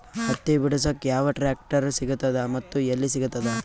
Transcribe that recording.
ಹತ್ತಿ ಬಿಡಸಕ್ ಯಾವ ಟ್ರಾಕ್ಟರ್ ಸಿಗತದ ಮತ್ತು ಎಲ್ಲಿ ಸಿಗತದ?